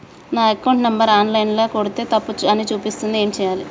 నా account number online ల కొడ్తే తప్పు అని చూపిస్తాంది ఏం చేయాలి?